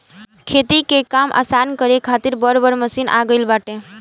खेती के काम आसान करे खातिर बड़ बड़ मशीन आ गईल बाटे